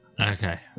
Okay